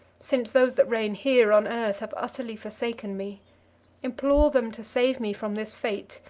since those that reign here on earth have utterly forsaken me implore them to save me from this fate,